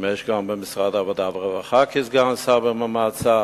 שימש גם במשרד העבודה והרווחה, כסגן שר במעמד שר,